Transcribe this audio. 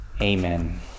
Amen